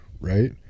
right